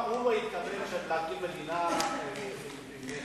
גם הוא לא התכוון להקים מדינה לא מפורזת.